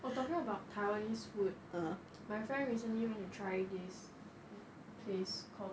oh talking about taiwanese food my friend recently went to try this place called